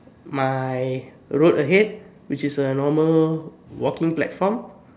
my road ahead which is a normal walking platform